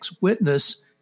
witness